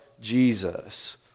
Jesus